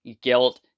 guilt